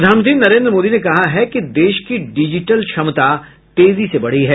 प्रधानमंत्री नरेंद्र मोदी ने कहा है कि देश की डिजिटल क्षमता तेजी से बढ़ी है